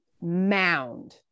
mound